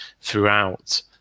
throughout